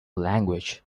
language